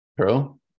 True